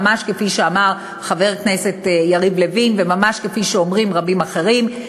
ממש כפי שאמר חבר הכנסת יריב לוין וממש כפי שאומרים רבים אחרים,